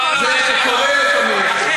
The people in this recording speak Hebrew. זה קורה לפעמים.